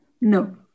no